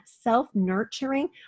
self-nurturing